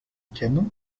canon